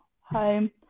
home